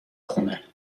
خونه